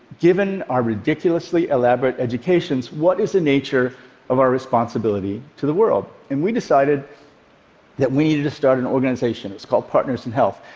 given our ridiculously elaborate educations, what is the nature of our responsibility to the world? and we decided that we needed to start an organization. it's called partners in health.